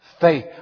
faith